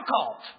difficult